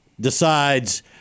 decides